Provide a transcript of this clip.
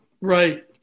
Right